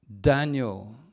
Daniel